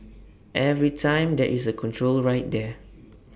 every time there is A control right there